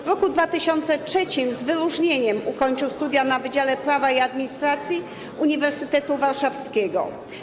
W roku 2003 z wyróżnieniem ukończył studia na Wydziale Prawa i Administracji Uniwersytetu Warszawskiego.